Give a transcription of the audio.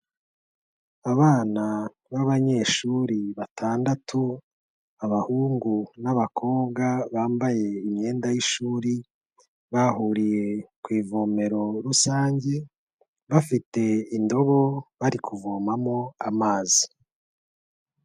Abana b'abanyeshuri batandatu, abahungu n'abakobwa bambaye imyenda y'ishuri, bahuriye ku ivomero rusange bafite indobo bari kuvomamo amazi.